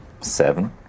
Seven